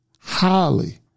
highly